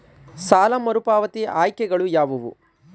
ಸಾಲ ಮರುಪಾವತಿ ಆಯ್ಕೆಗಳು ಯಾವುವು?